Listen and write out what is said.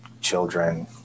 children